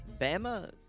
Bama